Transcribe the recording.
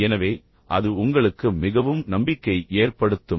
எனவே அது உங்களுக்கு மிகவும் நம்பிக்கையை ஏற்படுத்தும்